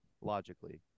logically